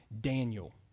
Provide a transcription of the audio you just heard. Daniel